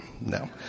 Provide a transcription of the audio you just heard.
no